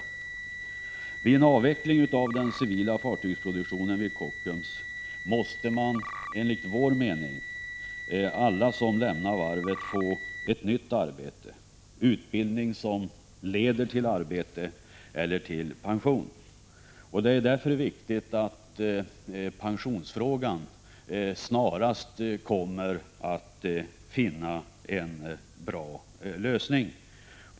I samband med en avveckling av den civila fartygsproduktionen vid Kockums måste, enligt vår mening, alla som lämnar varvet få ett nytt arbete, utbildning som leder till arbete eller pension. Det är därför viktigt att man i pensionsfrågan snarast kan komma fram till en bra lösning.